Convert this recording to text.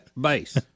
base